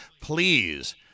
Please